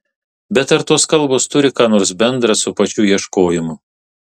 bet ar tos kalbos turi ką nors bendra su pačiu ieškojimu